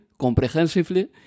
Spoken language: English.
comprehensively